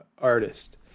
artist